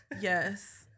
yes